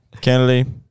Kennedy